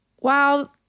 wow